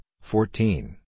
fourteen